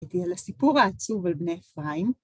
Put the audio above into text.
את הסיפור העצוב על בני אפרים.